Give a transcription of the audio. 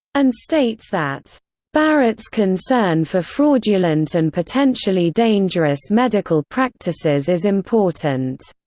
and states that barrett's concern for fraudulent and potentially dangerous medical practices is important,